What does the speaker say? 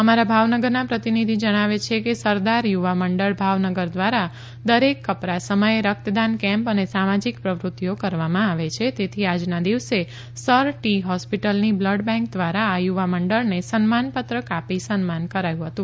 અમારા ભાવનગરના પ્રતિનિધિ જણાવે છે કે સરદાર યુવા મંડળ ભાવનગર દ્વારા દરેક કપરા સમયે રક્તદાન કેમ્પ અને સામાજીક પ્રવૃત્તિઓ કરવામાં આવે છે તેથી આજના દિવસે સર ટી હોસ્પિટલની બ્લડ બેન્ક દ્વારા આ યુવા મંડળને સન્માનપત્રક આપી સન્માન કરાયું હતું